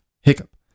Hiccup